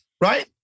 right